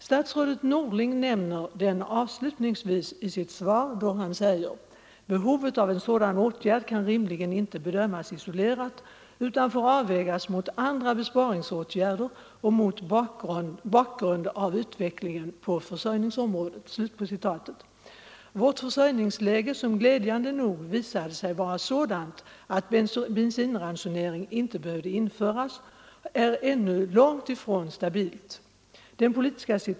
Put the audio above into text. Statsrådet Norling nämner den avslutningsvis i sitt svar, då han säger: ”Behovet av en sådan åtgärd kan rimligen inte bedömas isolerat utan får avvägas mot andra besparingsåtgärder och mot bakgrund av utvecklingen på försörjningsområdet.” Vårt försörjningsläge, som glädjande nog visade sig vara sådant att bensinransonering inte skulle ha behövt införas, är ännu långt ifrån stabilt.